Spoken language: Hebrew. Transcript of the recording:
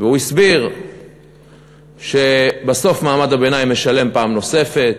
והוא הסביר שבסוף מעמד הביניים משלם פעם נוספת,